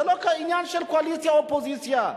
זה לא עניין של קואליציה אופוזיציה.